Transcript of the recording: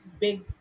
big